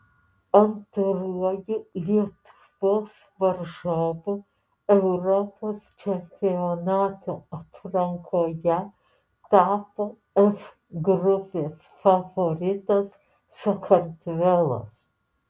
antruoju lietuvos varžovu europos čempionato atrankoje tapo f grupės favoritas sakartvelas